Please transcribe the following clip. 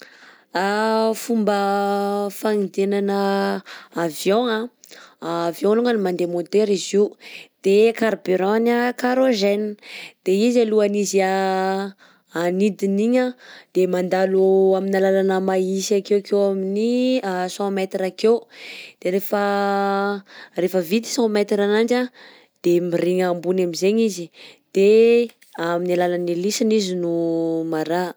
Fomba fagnidinana avion, avion alongany mandeha moteur izy io, de carburant carogene de izy alohany a izy agnidina igny de mandalo amina lalana mahitsy akeokeo amin'ny cent mètres akeo, de rehefa rehefa vita cent mètres ananjy de mirigna ambony aminjegny izy de amin'ny alalan'ny heliceny izy no ma raha.